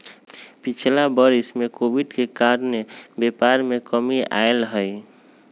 पिछिला वरिस में कोविड के कारणे व्यापार में कमी आयल हइ